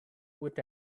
with